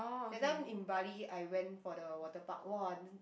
that time in bali I went for the water park !wah!